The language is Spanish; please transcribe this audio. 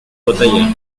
batalla